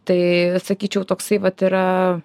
tai sakyčiau toksai vat yra